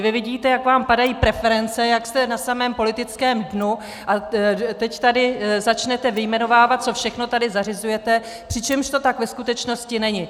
Vy vidíte, jak vám padají preference, jak jste na samém politickém dnu, a teď tady začnete vyjmenovávat, co všechno tady zařizujete, přičemž to tak ve skutečnosti není.